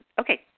Okay